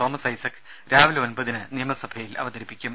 Thomas Isaac രാവിലെ ഒൻപതിന് നിയമസഭയിൽ അവതരിപ്പിക്കും